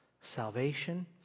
salvation